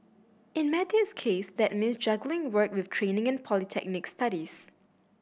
in Matthew's case that mean juggling work with training and polytechnic studies